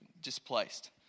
displaced